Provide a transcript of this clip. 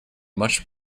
much